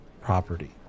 property